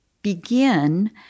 begin